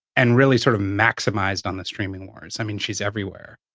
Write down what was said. and really sort of maximized on the streaming wars. i mean, she's everywhere.